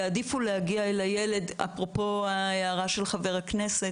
יעדיפו להגיע אל הילד אפרופו ההערה של חבר הכנסת